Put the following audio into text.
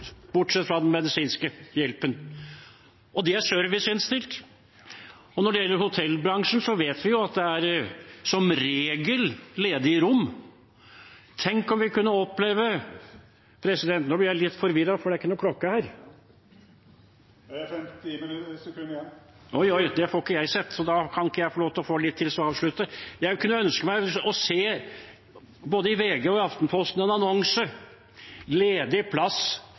bortsett fra den medisinske hjelpen, og de er serviceinnstilt. Når det gjelder hotellbransjen, vet vi at det som regel er ledige rom. President, nå blir jeg litt forvirret, for klokken viser ikke hvor mye taletid jeg har igjen. Du har 50 sekund igjen. Det får ikke jeg sett, så da ber jeg om tid nok til å avslutte. Jeg kunne ønske meg å se, i både VG og Aftenposten, en annonse: Ledig plass